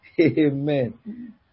Amen